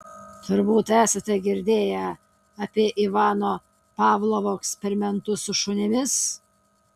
turbūt esate girdėję apie ivano pavlovo eksperimentus su šunimis